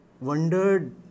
wondered